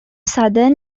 southern